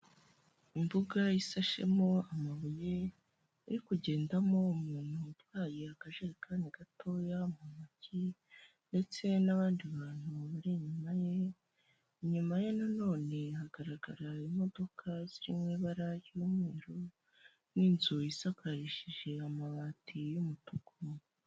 Imbuga isashemo amabuye iri kugendamo umuntu utwaye akajerekani gatoya mu ntoki, ndetse n'abandi bantu bari inyuma ye, inyuma ye nanone hagaragara imodoka ziri mu ibara ry'umweru n'inzu isakarishije amabati y'umutuku.